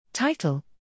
TITLE